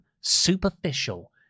superficial